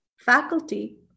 faculty